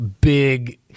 big